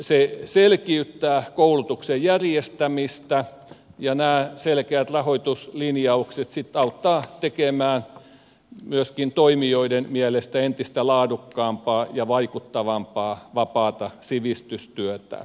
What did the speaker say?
se selkiyttää koulutuksen järjestämistä ja nämä selkeät rahoituslinjaukset auttavat tekemään myöskin toimijoiden mielestä entistä laadukkaampaa ja vaikuttavampaa vapaata sivistystyötä